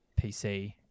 PC